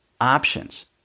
options